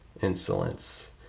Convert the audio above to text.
insolence